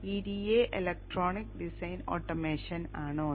EDA electronic design automation ആണ് ഒന്ന്